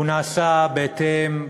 והוא נעשה בהתאם,